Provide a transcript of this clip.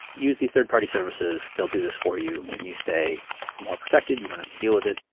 use these third-party services. they'll do this for you and you stay more protected. you don't have to deal with it.